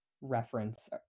reference